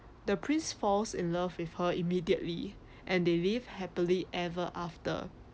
the prince falls in love with her immediately and they lived happily ever after